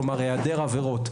כלומר היעדר עבירות,